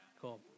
Cool